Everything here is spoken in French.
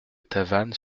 tavannes